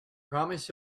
promise